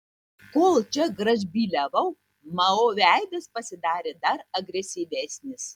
kol čia gražbyliavau mao veidas pasidarė dar agresyvesnis